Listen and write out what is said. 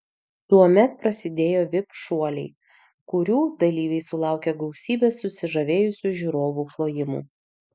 tuomet prasidėjo vip šuoliai kurių dalyviai sulaukė gausybės susižavėjusių žiūrovų plojimų